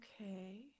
okay